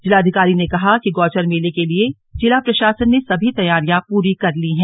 जिलाधिकारी ने कहा कि गौचर मेले के लिए जिला प्रशासन ने सभी तैयारियां पूरी कर ली है